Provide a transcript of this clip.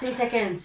three seconds